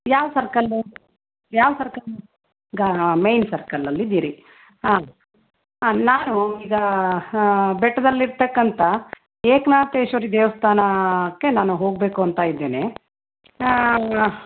ಯಾವ ಸರ್ಕಲ್ಲು ಯಾವ ಸರ್ಕಲ್ಲು ಹಾಂ ಮೈನ್ ಸರ್ಕಲಲ್ಲಿದ್ದೀರಿ ಹಾಂ ನಾನು ಈಗ ಬೆಟ್ಟದಲ್ಲಿರ್ತಕ್ಕಂಥ ಏಕನಾಥೇಶ್ವರಿ ದೇವಸ್ಥಾನಕ್ಕೆ ನಾನು ಹೋಗಬೇಕು ಅಂತ ಇದ್ದೇನೆ